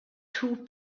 two